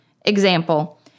Example